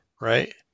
right